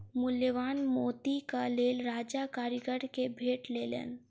मूल्यवान मोतीक लेल राजा कारीगर के भेट देलैन